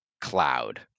cloud